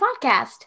podcast